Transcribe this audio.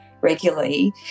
regularly